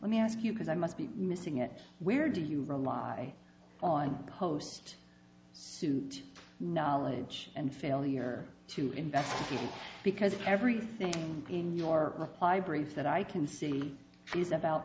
let me ask you because i must be missing it where do you rely on post suit knowledge and failure to invest because everything in your reply brief that i can see is about